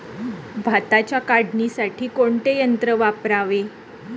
भाताच्या काढणीसाठी कोणते यंत्र वापरावे?